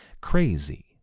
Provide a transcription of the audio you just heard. crazy